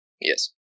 Yes